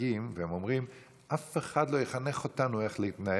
וחריגים והם אומרים: אף אחד לא יחנך אותנו איך להתנהג,